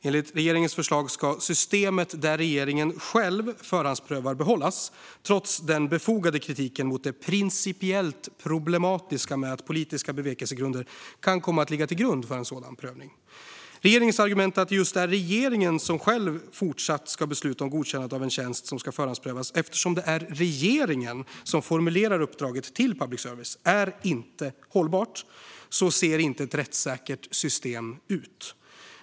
Enligt regeringens förslag ska systemet där regeringen själv förhandsprövar behållas, trots den befogade kritiken mot det principiellt problematiska med att politiska bevekelsegrunder kan komma att ligga till grund för en sådan prövning. Regeringens argument för att det ska vara regeringen själv som ska fortsätta att besluta om godkännandet av en tjänst som ska förhandsprövas, eftersom det är regeringen som formulerar uppdraget till public service, är inte hållbart. Så ser inte ett rättssäkert system ut.